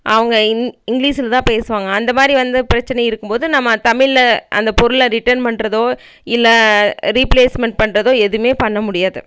அவங்க இந் இங்கிலிஸில் தான் பேசுவாங்க அந்த மாரி வந்து பிரச்சனை இருக்கும்போது நம்ம தமிழில் அந்த பொருளை ரிட்டன் பண்ணுறதோ இல்லை ரீப்ளேஸ்மெண்ட் பண்ணுறதோ எதுவுமே பண்ண முடியாது